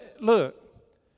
Look